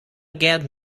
get